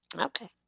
Okay